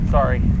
Sorry